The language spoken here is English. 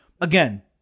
again